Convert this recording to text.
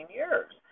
years